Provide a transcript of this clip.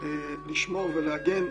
לשמור ולהגן.